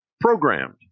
programmed